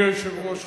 אדוני היושב-ראש,